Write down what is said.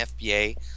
FBA